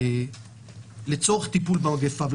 לצורך טיפול במגיפה.